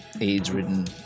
AIDS-ridden